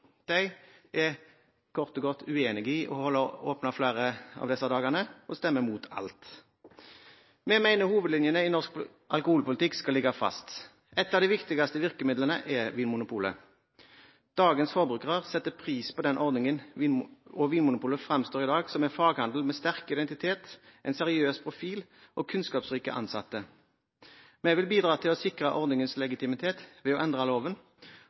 De er kort og godt uenig i å holde åpent flere av disse dagene og stemmer mot alt. Vi mener hovedlinjene i norsk alkoholpolitikk skal ligge fast. Et av de viktigste virkemidlene er Vinmonopolet. Dagens forbrukere setter pris på den ordningen, og Vinmonopolet fremstår i dag som en faghandel med sterk identitet, en seriøs profil og kunnskapsrike ansatte. Vi vil bidra til å sikre ordningens legitimitet ved å endre loven,